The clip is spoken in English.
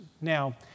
Now